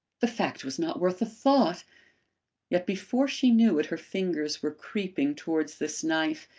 the fact was not worth a thought yet before she knew it, her fingers were creeping towards this knife,